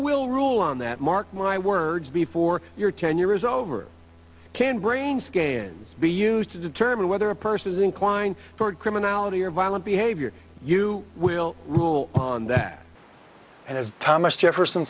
will rule on that mark my words before your tenure is over can brain scans be used to determine whether a person is inclined for criminality or violent behavior you will rule on that and as thomas jefferson